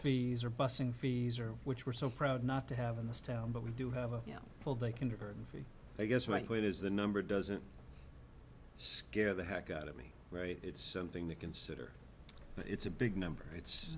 fees or bussing fees or which we're so proud not to have in this town but we do have a full day kindergarten for i guess my point is the number doesn't scare the heck out of me it's something to consider but it's a big number it's